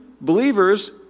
believers